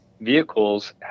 vehicles